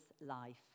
life